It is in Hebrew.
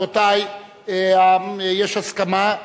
רבותי, יש הסכמה.